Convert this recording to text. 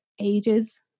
ages